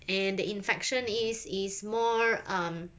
and the infection is is more um